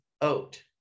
oat